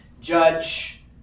judge